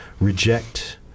reject